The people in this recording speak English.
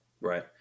right